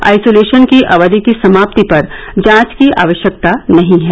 isolation की अवधि की समाप्ति पर जांच की आवश्यकता नहीं है